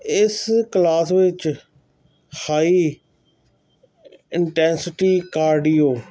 ਇਸ ਕਲਾਸ ਵਿੱਚ high intensity cardio